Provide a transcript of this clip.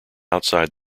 outside